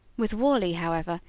with worley, however,